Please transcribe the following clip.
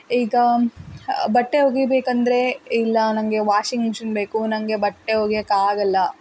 ಈಗ ಬಟ್ಟೆ ಒಗಿಬೇಕು ಅಂದರೆ ಇಲ್ಲ ನನಗೆ ವಾಷಿಂಗ್ ಮಿಷಿನ್ ಬೇಕು ನನಗೆ ಬಟ್ಟೆ ಒಗೆಯೋಕ್ ಆಗೋಲ್ಲ